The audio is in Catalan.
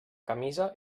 camisa